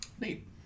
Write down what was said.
Neat